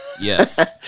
Yes